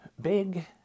Big